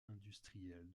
industrielle